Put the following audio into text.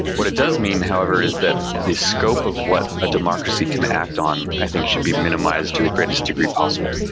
what it does mean, however, is that the scope of what a democracy can act on i think should be minimized to the greatest degree possible.